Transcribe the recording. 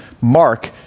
Mark